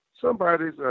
somebody's